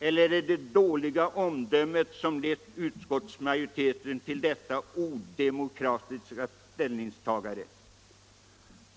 eller är det dåligt omdöme som har lett utskottsmajoriteten till detta odemokratiska ställningstagande?